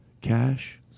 Cash